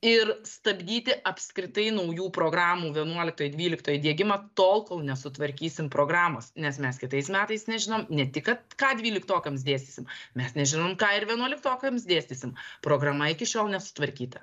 ir stabdyti apskritai naujų programų vienuoliktoj dvyliktoj diegimą tol kol nesutvarkysim programos nes mes kitais metais nežinom ne tik kad ką dvyliktokams dėstysim mes nežinome ką ir vienuoliktokams dėstysim programa iki šiol nesutvarkyta